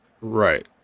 Right